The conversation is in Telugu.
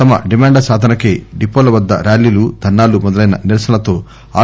తమ డిమాండ్ల సాధనకై డిపోల వద్ద ర్యాలీలు ధర్నాలు మొదలైన నిరసనలతో ఆర్